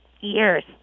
years